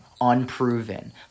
unproven